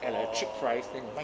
oh oh orh